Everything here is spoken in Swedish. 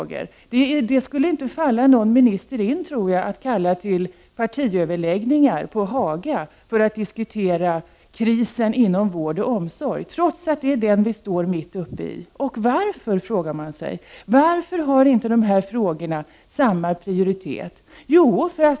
Jag tror inte att det skulle falla någon minister in att kalla till partiöverläggningar på Haga för att diskutera krisen inom vård och omsorg, trots att det är den vi står mitt uppe i. Varför? Varför har inte dessa frågor samma prioritet som andra frågor?